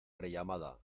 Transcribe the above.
rellamada